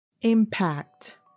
impact